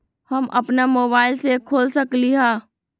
हम अपना मोबाइल से खोल सकली ह?